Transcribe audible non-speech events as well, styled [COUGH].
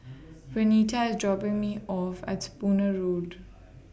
[NOISE] Renita IS dropping Me off At Spooner Road